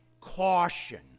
caution